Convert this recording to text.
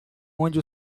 onde